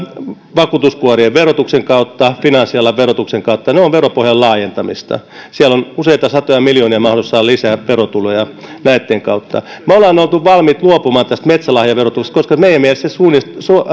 vakuutuskuorien verotuksen kautta finanssialan verotuksen kautta ne ovat veropohjan laajentamista siellä on useita satoja miljoonia mahdollisuus saada lisää verotuloja näitten kautta me olemme olleet valmiita luopumaan tästä metsälahjaverotuksesta koska meidän mielestämme se